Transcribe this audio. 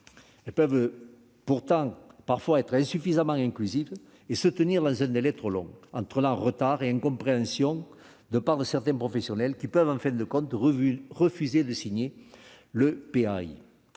Elles peuvent pourtant parfois être insuffisamment inclusives et se tenir dans un délai trop long, entraînant retard et incompréhension chez certains professionnels, qui peuvent, en fin de compte, refuser de signer le PAI.